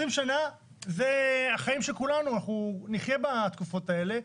כולנו נחיה בתקופות האלה.